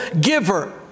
giver